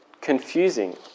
confusing